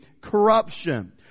corruption